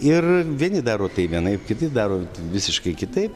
ir vieni daro tai vienaip kiti daro visiškai kitaip